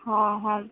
ହଁ ହଁ